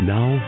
Now